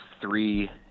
three